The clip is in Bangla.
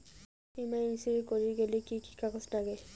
বীমা ইন্সুরেন্স করির গেইলে কি কি কাগজ নাগে?